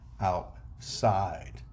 outside